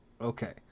Okay